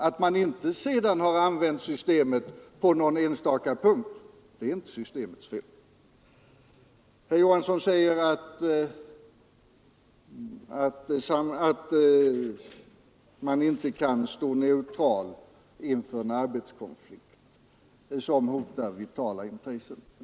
Att man sedan inte har använt systemet på någon enstaka punkt, det är inte systemets fel. Herr Johansson säger att man inte kan stå neutral inför en arbetskonflikt som hotar vitala intressen.